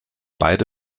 beide